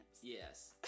Yes